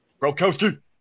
Brokowski